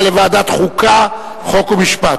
לדיון מוקדם בוועדה שתקבע ועדת הכנסת נתקבלה.